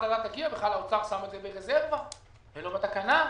לא בתקנה.